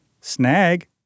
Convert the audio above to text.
Snag